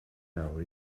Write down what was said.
nawr